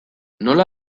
nola